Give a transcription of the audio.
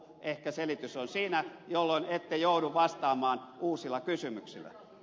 ehkä selitys on siinä jolloin ette joudu vastaamaan uusilla kysymyksillä